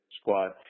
squad